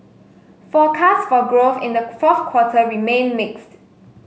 forecasts for growth in the fourth quarter remain mixed